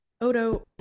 Odo